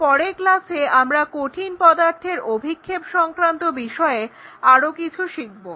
পরের ক্লাসে আমরা কঠিন পদার্থের অভিক্ষেপ সংক্রান্ত বিষয়ে আরো কিছু শিখবো